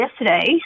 yesterday